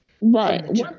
Right